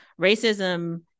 racism